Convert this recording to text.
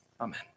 Amen